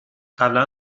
قبلا